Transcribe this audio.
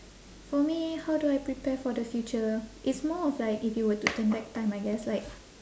for me how do I prepare for the future it's more of like if you were to turn back time I guess like